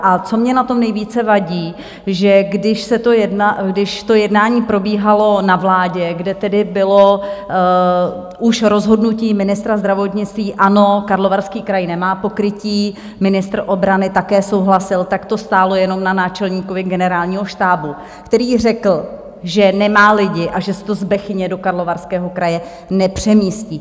A co mně na tom nejvíce vadí, že když to jednání probíhalo na vládě, kde tedy bylo už rozhodnutí ministra zdravotnictví ano, Karlovarský kraj nemá pokrytí, ministr obrany také souhlasil, tak to stálo jenom na náčelníkovi Generálního štábu, který řekl, že nemá lidi a že se to z Bechyně do Karlovarského kraje nepřemístí.